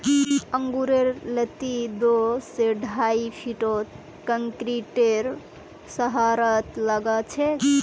अंगूरेर लत्ती दो स ढाई फीटत कंक्रीटेर सहारात लगाछेक